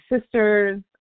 sisters